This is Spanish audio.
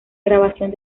grabación